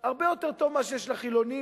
הרבה יותר טוב ממה שיש לחילונים,